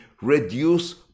reduce